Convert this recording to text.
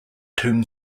tomb